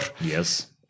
Yes